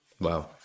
Wow